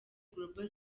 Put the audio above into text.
global